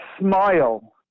smile